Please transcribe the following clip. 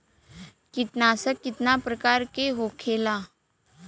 कीटनाशक कितना प्रकार के होखेला?